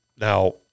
Now